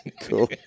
Cool